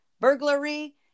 burglary